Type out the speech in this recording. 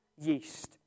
yeast